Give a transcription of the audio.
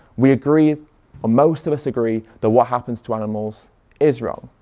we agree or most of us agree that what happens to animals is wrong.